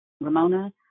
Ramona